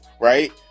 right